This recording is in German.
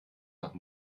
nach